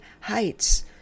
heights